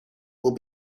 will